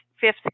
fifth